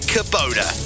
Kubota